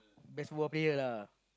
best football player lah